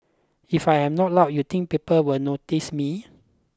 if I am not loud you think people will notice me